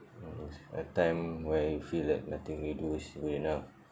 mm it's a time where you feel like nothing you do is good enough